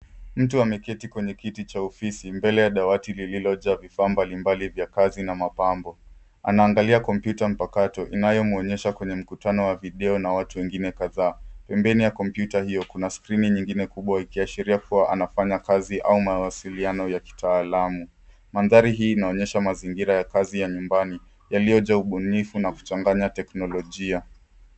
Mtu ameketi kwenye kiti cha ofisi mbele ya dawati lililojaa vifaa mbalimbali vya kazi na mapambo. Anaangalia kompyuta mpakato inayomwoonyesha kwenye mkutano wa video na watu wengine kadhaa. Pembeni ya kompyuta hiyo, kuna skrini nyingine kubwa ikiashiria kuwa anafanya kazi au mawasiliano ya kitaalamu. Mandhari hii inaonyesha mazingira ya kazi ya nyumbani yaliyojaa ubunifu na kuchanganya teknolojia.